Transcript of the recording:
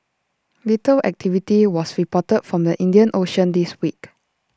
little activity was reporter from the Indian ocean this week